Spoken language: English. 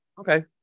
Okay